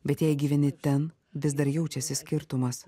bet jei gyveni ten vis dar jaučiasi skirtumas